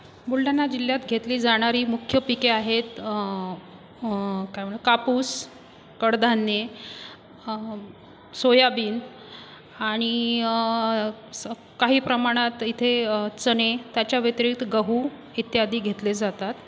बुलढाणा जिल्ह्यात घेतली जाणारी मुख्य पिके आहेत काय म्हणूया कापूस कडधान्ये सोयाबीन आणि स काही प्रमाणात इथे चणे त्याच्या व्यतिरिक्त गहू इत्यादि घेतले जातात